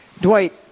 Dwight